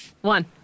One